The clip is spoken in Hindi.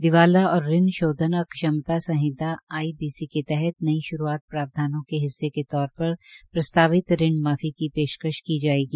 दिवाला और ऋण शोधन अक्षमता संहित आई बी सी के तहत नई शुरूआत प्रावधानों के हिस्से के तौर पर प्रस्तावित ऋण माफी की पेशकश की जायेगी